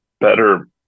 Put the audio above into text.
better